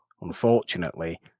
unfortunately